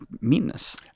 meanness